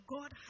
God